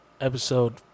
episode